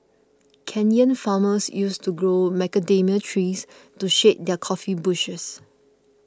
Kenyan farmers used to grow macadamia trees to shade their coffee bushes